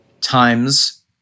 times